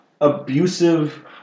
abusive